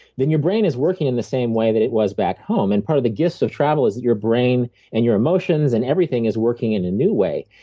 then your brain is working in the same way that it was back home. and part of the gifts of travel is that your brain and your emotions and everything is working in a new way.